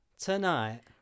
tonight